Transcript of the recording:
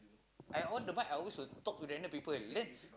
I on the mic I always would talk to random people then